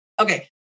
Okay